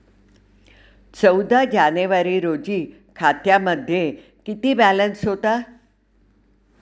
चौदा जानेवारी रोजी खात्यामध्ये किती बॅलन्स होता?